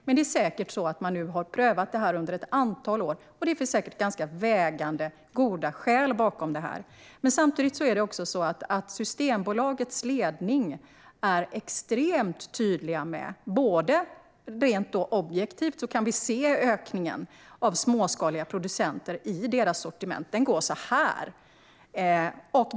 Men det är säkert så att rutinen har prövats under ett antal år och att det finns goda vägande skäl bakom den höjda gränsen. Samtidigt är Systembolagets ledning extremt tydlig med att det rent objektivt går att se ökningen av småskaliga producenter i sortimentet. Ökningen går rakt upp.